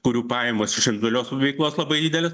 kurių pajamos iš individualios veiklos labai didelės